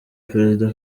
perezida